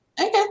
okay